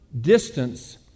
distance